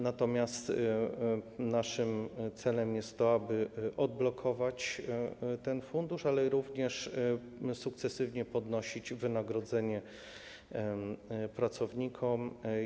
Natomiast naszym celem jest, aby odblokować ten fundusz, ale również sukcesywnie podnosić wynagrodzenie pracownikom.